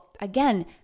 again